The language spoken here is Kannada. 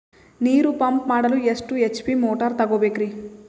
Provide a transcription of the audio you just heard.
ನೀರು ಪಂಪ್ ಮಾಡಲು ಎಷ್ಟು ಎಚ್.ಪಿ ಮೋಟಾರ್ ತಗೊಬೇಕ್ರಿ?